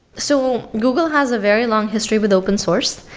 so, google has a very long history with open source.